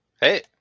Hey